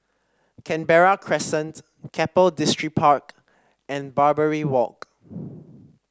Canberra Crescent Keppel Distripark and Barbary Walk